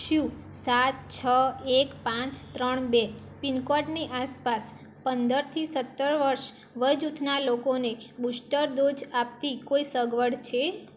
શું સાત છ એક પાંચ ત્રણ બે પિનકોડની આસપાસ પંદરથી સતર વર્ષ વયજૂથના લોકોને બુસ્ટર ડોઝ આપતી કોઈ સગવડ છે